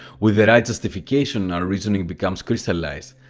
with the right justification, our reasoning becomes crystallized.